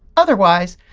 otherwise,